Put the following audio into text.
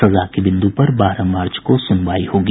सजा के बिंदु पर बारह मार्च को सुनवाई होगी